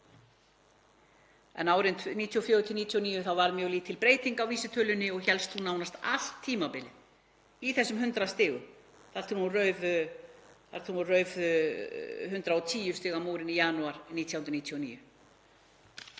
en árin 1994–1999 var mjög lítil breyting á vísitölunni og hélst hún nánast allt tímabilið í þessum 100 stigum þar til hún rauf 110 stiga múrinn í janúar 1999.